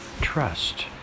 Trust